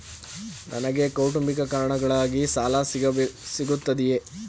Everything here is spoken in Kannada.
ನನಗೆ ಕೌಟುಂಬಿಕ ಕಾರಣಗಳಿಗಾಗಿ ಸಾಲ ಸಿಗುತ್ತದೆಯೇ?